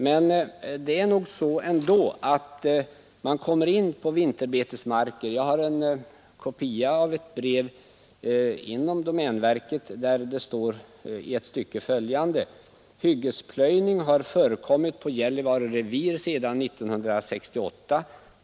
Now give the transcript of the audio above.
Men det är nog ändå så att man kommer in på vinterbetesmark. Jag har en kopia av ett brev inom domänverket där det i ett stycke står följande: ”Hyggesplöjning har förekommit på Gällivare revir sedan 1968.